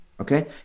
Okay